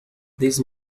this